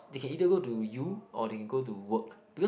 they can either go to U or they can go to work because